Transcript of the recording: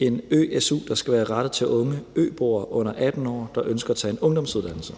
en ø-su, der skal være rettet til unge øboere under 18 år, der ønsker at tage en ungdomsuddannelse.